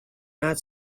not